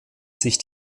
sich